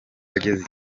ageze